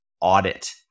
audit